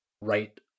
right